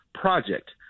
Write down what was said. project